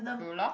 Rolla